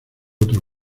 otro